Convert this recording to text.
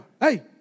hey